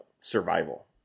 survival